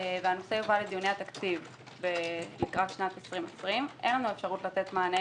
והנושא יובא לדיוני התקציב לקראת 2020. אין לנו אפשרות לתת מענה